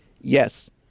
yes